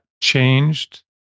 changed